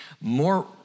More